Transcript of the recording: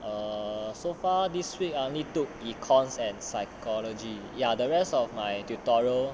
err so far this week I only took econs and psychology ya the rest of my tutorial